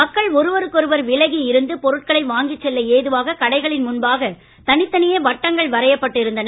மக்கள் ஒருவருக்கொருவர் விலகி இருந்து பொருட்களை வாங்கிச் செல்ல ஏதுவாக கடைகளின் முன்பாக தனித்தனியே வட்டங்கள் வரையப்பட்டு இருந்தன